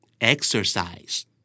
exercise